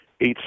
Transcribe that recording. eight